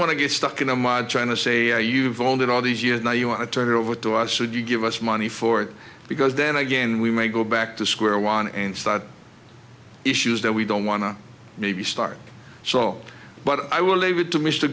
want to get stuck in the mud trying to say oh you've owned it all these years now you want to turn it over to us should you give us money for it because then again we may go back to square one and start issues that we don't want to maybe start so but i will leave it to mr